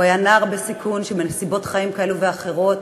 הוא היה נער בסיכון שבנסיבות חיים כאלה ואחרות